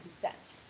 consent